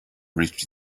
reached